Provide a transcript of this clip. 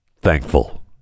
thankful